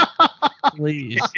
please